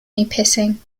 nipissing